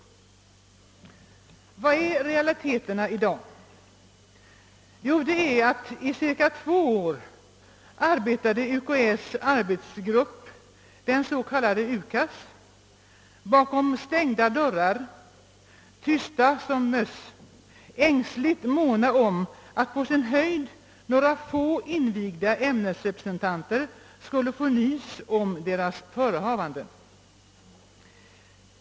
Vad är realiteten bakom dessa ord? Jo, realiteten är att universitetskanslersämbetets arbetsgrupp, den s.k. UKAS, arbetade i cirka två år bakom stängda dörrar, där medlemmarna satt tysta som möss och ängsligt måna om att endast några få invigda ämnesrepresentanter skulle få nys om gruppens förehavanden.